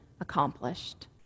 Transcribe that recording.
accomplished